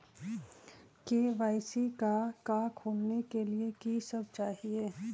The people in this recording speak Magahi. के.वाई.सी का का खोलने के लिए कि सब चाहिए?